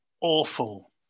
awful